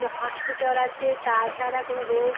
hospital আছে তাছাড়া কোনও রোগ